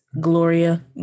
Gloria